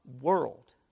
world